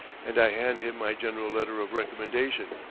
and i hand him my general letter of recommendation.